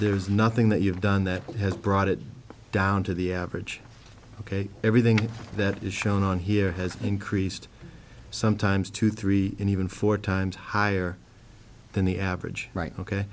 there's nothing that you've done that has brought it down to the average ok everything that is shown on here has increased sometimes two three even four times higher than the average right ok